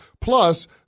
Plus